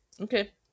okay